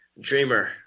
dreamer